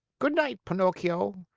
good night, pinocchio,